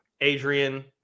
Adrian